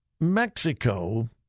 Mexico